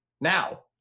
now